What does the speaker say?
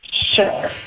sure